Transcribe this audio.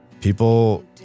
people